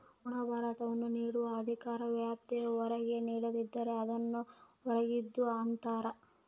ಋಣಭಾರವನ್ನು ನೀಡುವ ಅಧಿಕಾರ ವ್ಯಾಪ್ತಿಯ ಹೊರಗೆ ಹಿಡಿದಿದ್ದರೆ, ಅದನ್ನು ಹೊರಗಿಂದು ಅಂತರ